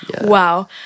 Wow